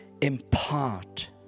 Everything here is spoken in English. impart